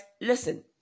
Listen